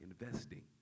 investing